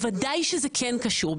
בוודאי שזה כן קשור.